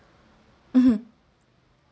mmhmm